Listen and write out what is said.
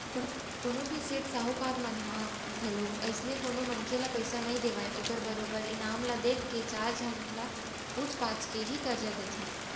कोनो भी सेठ साहूकार मन ह घलोक अइसने कोनो मनखे ल पइसा नइ देवय ओखर बरोबर ईमान ल देख के चार झन ल पूछ पाछ के ही करजा देथे